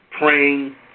praying